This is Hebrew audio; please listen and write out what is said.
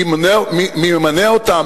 מי ממנה אותם,